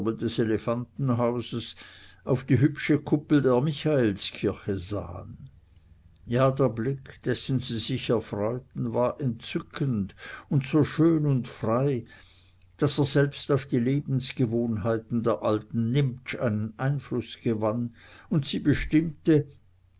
elefantenhauses auf die hübsche kuppel der michaelskirche sahen ja der blick dessen sie sich erfreuten war entzückend und so schön und frei daß er selbst auf die lebensgewohnheiten der alten nimptsch einen einfluß gewann und sie bestimmte